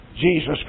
Jesus